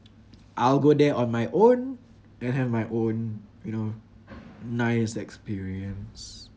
I'll go there on my own and have my own you know nice experience